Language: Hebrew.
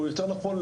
או יותר נכון,